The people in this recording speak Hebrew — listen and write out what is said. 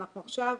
אנחנו עכשיו